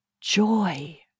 joy